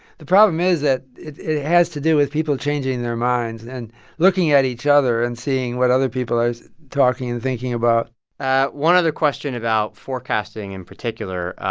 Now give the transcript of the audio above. the problem is that it it has to do with people changing their minds and looking at each other and seeing what other people are talking and thinking about one other question about forecasting in particular.